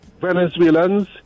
Venezuelans